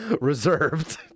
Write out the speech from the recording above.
Reserved